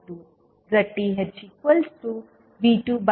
5V2 4I2 ZThV2I240